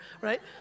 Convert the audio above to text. right